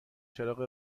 چراغ